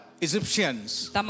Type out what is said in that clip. Egyptians